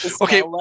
Okay